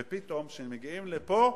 ופתאום, כשמגיעים לפה,